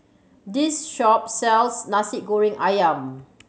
this shop sells Nasi Goreng Ayam